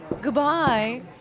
Goodbye